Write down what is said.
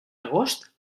agost